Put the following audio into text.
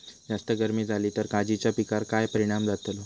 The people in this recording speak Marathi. जास्त गर्मी जाली तर काजीच्या पीकार काय परिणाम जतालो?